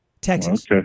Texas